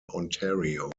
ontario